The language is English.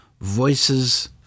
voices